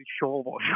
sure